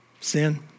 Sin